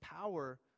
power